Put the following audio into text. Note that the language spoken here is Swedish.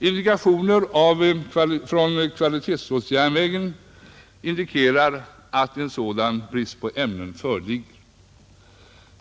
Indikationerna rörande kvalitetsstålverkets behov visar att en sådan brist på ämnen föreligger.